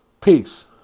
Peace